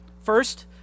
First